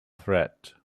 thread